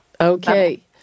Okay